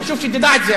חשוב שתדע את זה,